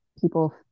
people